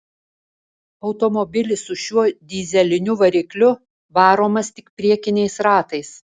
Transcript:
automobilis su šiuo dyzeliniu varikliu varomas tik priekiniais ratais